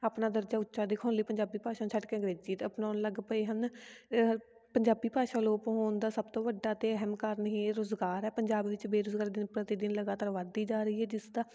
ਆਪਣਾ ਦਰਜਾ ਉੱਚਾ ਦਿਖਾਉਣ ਲਈ ਪੰਜਾਬੀ ਭਾਸ਼ਾ ਨੂੰ ਛੱਡ ਕੇ ਅੰਗਰੇਜ਼ੀ ਦਾ ਅਪਣਾਉਣ ਲੱਗ ਪਏ ਹਨ ਇਹ ਪੰਜਾਬੀ ਭਾਸ਼ਾ ਅਲੋਪ ਹੋਣ ਦਾ ਸਭ ਤੋਂ ਵੱਡਾ ਅਤੇ ਅਹਿਮ ਕਾਰਨ ਇਹ ਰੁਜ਼ਗਾਰ ਹੈ ਪੰਜਾਬ ਵਿੱਚ ਬੇਰੁਜ਼ਗਾਰੀ ਦਿਨ ਪ੍ਰਤੀ ਦਿਨ ਲਗਾਤਾਰ ਵੱਧਦੀ ਜਾ ਰਹੀ ਹੈ ਜਿਸ ਦਾ